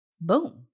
boom